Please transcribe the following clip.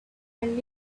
and